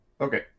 okay